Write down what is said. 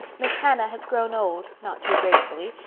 miss hannah has grown old, not too gracefully,